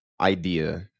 idea